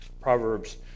Proverbs